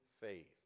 faith